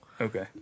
Okay